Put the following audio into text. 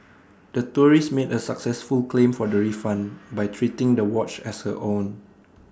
the tourist made A successful claim for the refund by treating the watch as her own